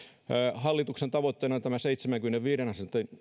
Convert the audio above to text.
hallituksen tavoitteena on tämä seitsemänkymmenenviiden